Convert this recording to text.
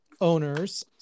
owners